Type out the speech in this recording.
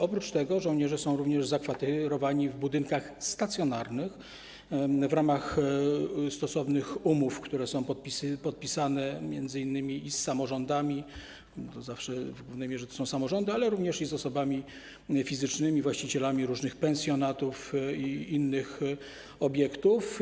Oprócz tego żołnierze są również zakwaterowani w budynkach stacjonarnych w ramach stosownych umów, które są podpisane m.in. z samorządami, w głównej mierze to są samorządy, ale również z osobami fizycznymi, właścicielami różnych pensjonatów i innych obiektów.